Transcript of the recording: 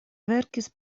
verkis